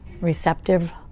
receptive